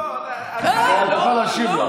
לא, תוכל להשיב לו.